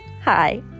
hi